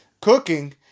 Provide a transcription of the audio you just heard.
cooking